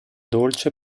dolce